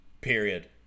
Period